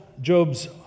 Job's